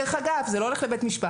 דרך אגב, זה לא הולך לבית משפט.